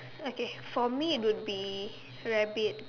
okay for me would be rabbit